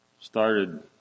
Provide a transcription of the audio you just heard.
Started